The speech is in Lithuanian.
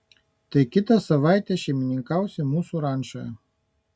tai kitą savaitę šeimininkausi mūsų rančoje